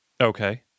Okay